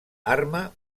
arma